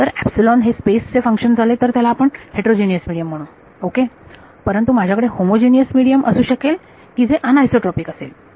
जर हे स्पेस चे फंक्शन झाले तर त्याला आपण हेटरोजिनीयस मीडियम असे म्हणू ओके परंतु माझ्याकडे होमोजीनियस मीडियम असू शकेल की जे अनआयसोट्रॉपीक असेल